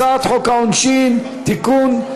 הצעת חוק העונשין (תיקון,